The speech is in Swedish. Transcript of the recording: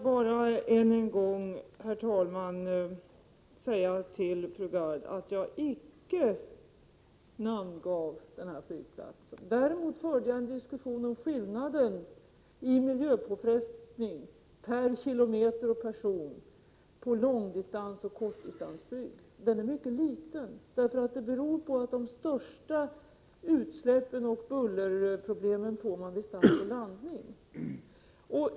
Herr talman! Får jag bara än en gång säga till fru Gard att jag icke namngav denna flygplats. Däremot förde jag en diskussion om skillnaden i miljöpåfrestning per kilometer och per person mellan långdistansoch kortdistansflyg. Den är mycket liten, och det beror på att de största utsläppen och bullerproblemen finns vid start och landning.